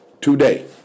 today